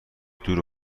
دور